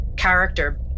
character